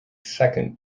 second